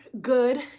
good